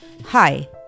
Hi